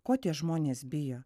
ko tie žmonės bijo